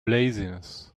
laziness